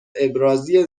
ابرازی